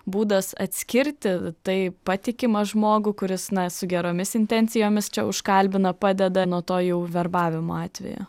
būdas atskirti tai patikimą žmogų kuris na su geromis intencijomis čia užkalbina padeda nuo to jau verbavimo atvejo